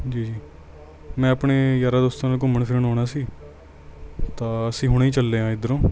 ਜੀ ਜੀ ਮੈਂ ਆਪਣੇ ਯਾਰਾਂ ਦੋਸਤਾਂ ਨਾਲ ਘੁੰਮਣ ਫਿਰਨ ਆਉਣਾ ਸੀ ਤਾਂ ਅਸੀਂ ਹੁਣੇ ਹੀ ਚੱਲੇ ਹਾਂ ਇੱਧਰੋਂ